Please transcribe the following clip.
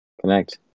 Connect